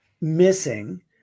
missing